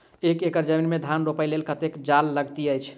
एक एकड़ जमीन मे धान रोपय लेल कतेक जल लागति अछि?